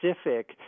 specific